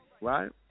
Right